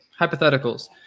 hypotheticals